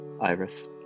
Iris